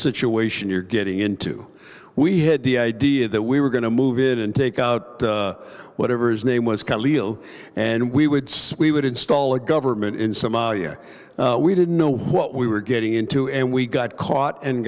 situation you're getting into we had the idea that we were going to move in and take out whatever his name was and we would sweep it install a government in somalia we didn't know what we were getting into and we got caught and